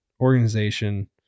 organization